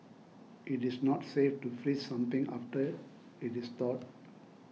it is not safe to freeze something after it is thawed